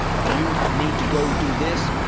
you need to go do this,